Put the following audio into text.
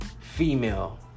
female